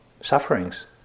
sufferings